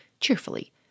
cheerfully